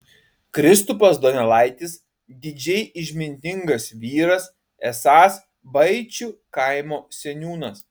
kristupas donelaitis didžiai išmintingas vyras esąs baičių kaimo seniūnas